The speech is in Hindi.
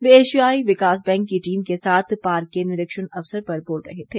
वे एशियाई विकास बैंक की टीम के साथ पार्क के निरीक्षण अवसर पर बोल रहे थे